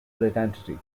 identity